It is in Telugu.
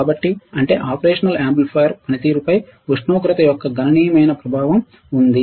కాబట్టి అంటే ఆపరేషనల్ యాంప్లిఫైయర్ పనితీరుపై ఉష్ణోగ్రత యొక్క గణనీయమైన ప్రభావం ఉంది